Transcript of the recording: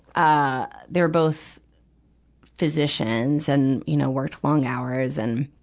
ah, they're both physicians and, you know, worked long hours. and,